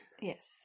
Yes